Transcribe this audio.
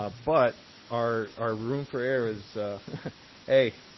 ah but our our room for error is hey,